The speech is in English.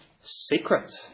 secret